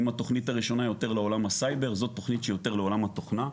אם התוכנית הראשונה יותר לעולם הסייבר זאת תוכנית יותר לעולם התוכנה.